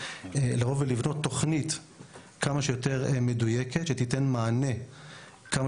אנחנו שואפים לבנות תוכנית כמה שיותר מדויקת שתיתן מענה כמה